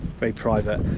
very private,